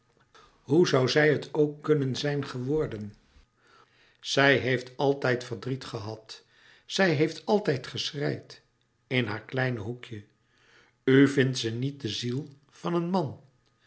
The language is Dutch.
hoe zoû zij het ook kunnen zijn geworden zij heeft altijd verdriet gehad zij heeft altijd geschreid in haar kleine hoekje u vindt ze niet de ziel van een man